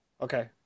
Okay